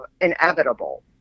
inevitable